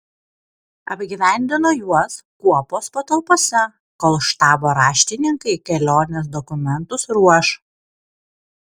apgyvendino juos kuopos patalpose kol štabo raštininkai kelionės dokumentus ruoš